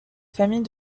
famille